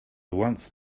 once